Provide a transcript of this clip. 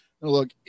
look